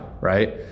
right